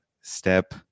step